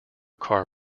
car